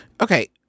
Okay